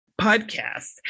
podcast